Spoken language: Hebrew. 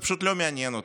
זה פשוט לא מעניין אותם.